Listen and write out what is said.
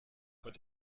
what